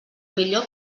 millor